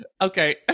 okay